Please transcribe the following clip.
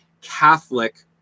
catholic